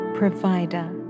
provider